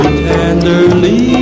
tenderly